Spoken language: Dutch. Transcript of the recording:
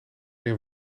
een